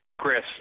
Chris